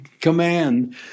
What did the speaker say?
command